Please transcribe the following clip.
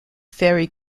ferry